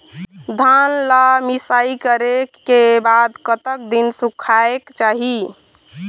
धान ला मिसाई करे के बाद कतक दिन सुखायेक चाही?